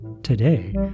Today